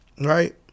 Right